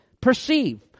perceive